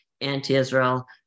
anti-Israel